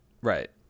Right